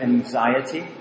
anxiety